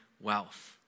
wealth